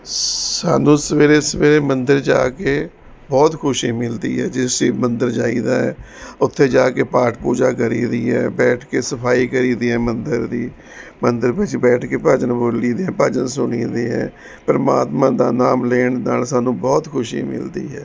ਸ ਸਾਨੂੰ ਸਵੇਰੇ ਸਵੇਰੇ ਮੰਦਰ ਜਾ ਕੇ ਬਹੁਤ ਖੁਸ਼ੀ ਮਿਲਦੀ ਹੈ ਜਿਸ ਮੰਦਰ ਜਾਈਦਾ ਉੱਥੇ ਜਾ ਕੇ ਪਾਠ ਪੂਜਾ ਕਰੀਦੀ ਹੈ ਬੈਠ ਕੇ ਸਫਾਈ ਕਰੀਦੀ ਹੈ ਮੰਦਰ ਦੀ ਮੰਦਰ ਵਿੱਚ ਬੈਠ ਕੇ ਭਜਨ ਬੋਲੀ ਦੇ ਹੈ ਭਜਨ ਸੁਣੀ ਦੇ ਹੈ ਪਰਮਾਤਮਾ ਦਾ ਨਾਮ ਲੈਣ ਨਾਲ ਸਾਨੂੰ ਬਹੁਤ ਖੁਸ਼ੀ ਮਿਲਦੀ ਹੈ